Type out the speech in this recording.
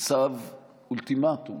הוצב אולטימטום